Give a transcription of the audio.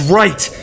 right